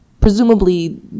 presumably